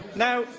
now,